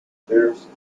embarrassing